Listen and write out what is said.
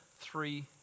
three